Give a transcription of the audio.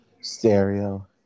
Stereo